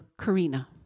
Karina